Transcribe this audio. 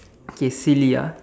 okay silly ah